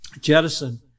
jettison